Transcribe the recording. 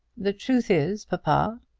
the truth is, papa,